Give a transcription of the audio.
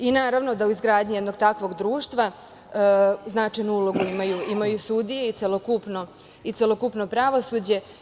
I naravno da u izgradnji jednog takvog društva značajnu ulogu imaju sudije i celokupno pravosuđe.